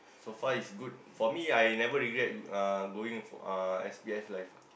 so far is good for me I never regret uh going uh S_P_F life